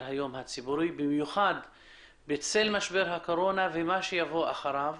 היום הציבורי במיוחד בצל משבר הקורונה ומה שיבוא אחריו